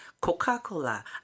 Coca-Cola